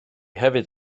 hefyd